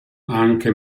anche